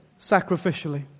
Sacrificially